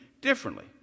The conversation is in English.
differently